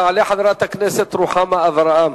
תעלה חברת הכנסת רוחמה אברהם,